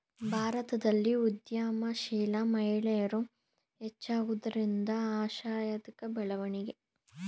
ಭಾರತದಲ್ಲಿ ಉದ್ಯಮಶೀಲ ಮಹಿಳೆಯರು ಹೆಚ್ಚಾಗುತ್ತಿರುವುದು ಆಶಾದಾಯಕ ಬೆಳವಣಿಗೆ